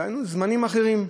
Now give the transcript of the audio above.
דהיינו, זמנים אחרים: